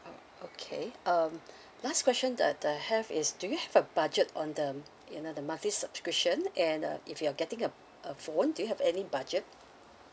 uh okay um last question that that I have is do you have a budget on the um you know the monthly subscription and uh if you're getting a a phone do you have any budget